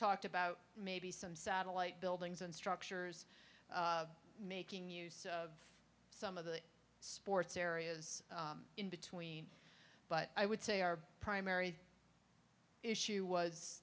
talked about maybe some satellite buildings and structures making use of some of the sports areas in between but i would say our primary issue was